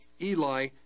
Eli